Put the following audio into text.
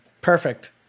Perfect